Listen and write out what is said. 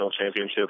championship